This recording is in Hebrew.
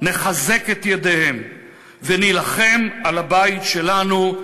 נחזק את ידיהן ונילחם על הבית שלנו,